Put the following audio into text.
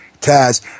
taz